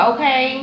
Okay